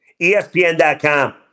ESPN.com